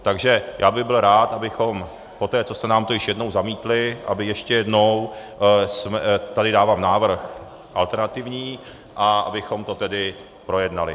Takže já bych byl rád, abychom poté, co jste nám to již jednou zamítli, aby ještě jednou tady dávám návrh alternativní a abychom to tedy projednali.